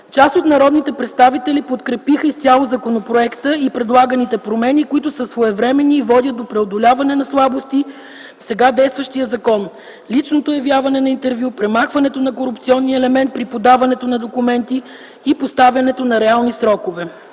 част от народните представители подкрепят предлаганите промени в законопроекта, които са своевременни и водят до преодоляване на слабости в сега действащия закон – личното явяване на интервю, премахването на корупционния елемент при подаването на документи и поставянето на реални срокове.